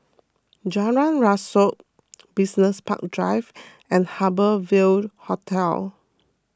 Jalan Rasok Business Park Drive and Harbour Ville Hotel